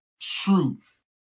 truth